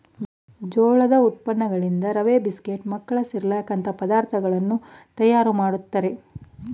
ಜೋಳದ ಉತ್ಪನ್ನಗಳಿಂದ ರವೆ, ಬಿಸ್ಕೆಟ್, ಮಕ್ಕಳ ಸಿರ್ಲಕ್ ಅಂತ ಪದಾರ್ಥಗಳನ್ನು ತಯಾರು ಮಾಡ್ತರೆ